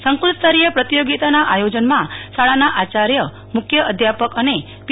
સંકુલ સ્તરીય આ પતિયોગિતાના આયોજનમા શાળા આચાર્ય મુખ્ય અધ્યાપક પી